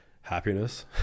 Happiness